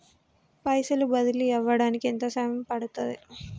పైసలు బదిలీ అవడానికి ఎంత సమయం పడుతది?